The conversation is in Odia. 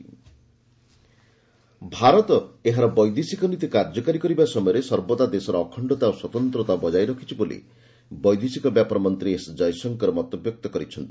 ଆର୍ଏସ୍ ଏମ୍ଇଏ ଭାରତ ଏହାର ବୈଦେଶିକ ନୀତି କାର୍ଯ୍ୟକାରୀ କରିବା ସମୟରେ ସର୍ବଦା ଦେଶର ଅଖଣ୍ଡତା ଓ ସ୍ୱତନ୍ତା ବଜାୟ ରଖିଛି ବୋଲି ବୈଦେଶିକ ବ୍ୟାପାର ମନ୍ତ୍ରୀ ଏସ୍ ଜୟଶଙ୍କର ମତବ୍ୟକ୍ତ କରିଛନ୍ତି